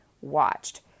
watched